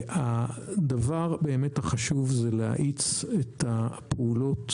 הדבר באמת החשוב זה להאיץ את הפעולות,